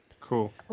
Cool